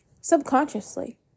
subconsciously